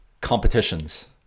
competitions